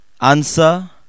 Answer